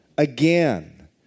Again